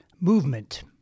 movement